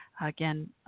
again